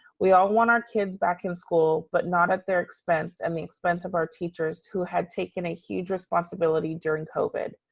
we all want our kids back in school, but not at their expense and i mean expense of our teachers who have taken a huge responsibility during covid.